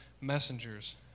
messengers